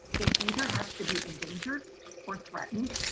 it either has to be endangered or threatened.